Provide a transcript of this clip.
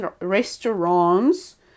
restaurants